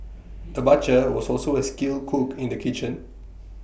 the butcher was also A skilled cook in the kitchen